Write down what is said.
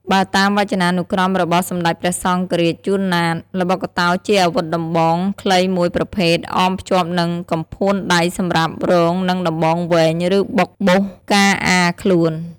បើតាមវចនានុក្រមរបស់សម្តេចព្រះសង្ឈរាជ ជួន ណាត ល្បុក្កតោជាអាវុធដំបងខ្លីមួយប្រភេទអបភ្ជាប់នឹងកំផួនដៃសម្រាប់រងនឹងដំបងវែង ឬបុកបុះការអារខ្លួន។